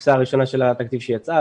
בקופסה הראשונה של התקציב שיצאה,